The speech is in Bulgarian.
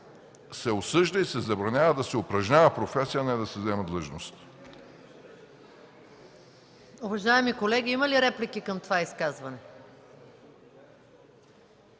се осъжда и се забранява да се упражнява професия, не да се заема длъжност.